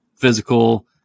physical